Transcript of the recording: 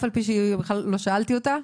על אף שלא שאלתי אותה,